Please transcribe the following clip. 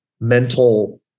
mental